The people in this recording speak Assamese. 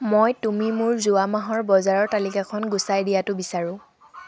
মই তুমি মোৰ যোৱা মাহৰ বজাৰৰ তালিকাখন গুচাই দিয়াটো বিচাৰোঁ